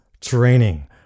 training